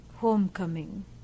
homecoming